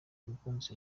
mukunzi